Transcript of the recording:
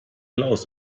laus